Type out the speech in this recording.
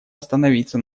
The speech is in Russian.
остановиться